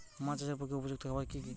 মাছ চাষের পক্ষে উপযুক্ত খাবার কি কি?